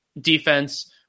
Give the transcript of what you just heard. defense